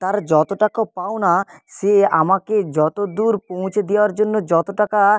তার যত টাকা পাওনা সে আমাকে যত দূর পৌঁছে দেওয়ার জন্য যত টাকা